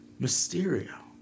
Mysterio